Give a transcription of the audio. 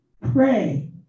pray